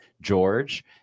George